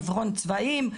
עיוורון צבעים,